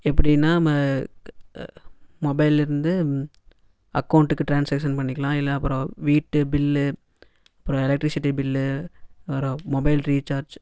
எப்படின்னா ம மொபைல்லிருந்து அக்கோண்ட்டுக்கு ட்ரான்ஸாக்ஷன் பண்ணிக்கலாம் இல்லை அப்புறோம் வீட்டு பில்லு அப்புறோம் எலக்ட்ரிசிட்டி பில்லு அப்புறோம் மொபைல் ரீச்சார்ஜ்